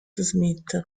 smith